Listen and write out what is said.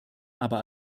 aber